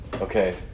okay